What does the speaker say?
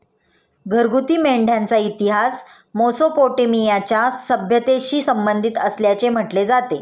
घरगुती मेंढ्यांचा इतिहास मेसोपोटेमियाच्या सभ्यतेशी संबंधित असल्याचे म्हटले जाते